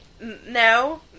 No